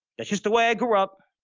that's just the way i grew up.